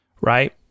right